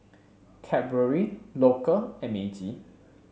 Cadbury Loacker and Meiji